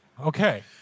Okay